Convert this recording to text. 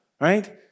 Right